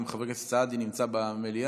גם חבר הכנסת סעדי נמצא במליאה,